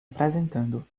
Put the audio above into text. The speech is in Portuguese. apresentando